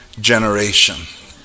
generation